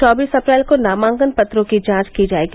चौबीस अप्रैल को नामांकन पत्रों की जांच की जायेगी